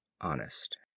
honest